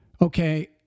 okay